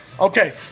Okay